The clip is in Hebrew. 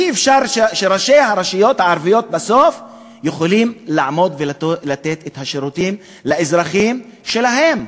אי-אפשר שראשי הרשויות הערביות יוכלו לתת את השירותים לאזרחים שלהם.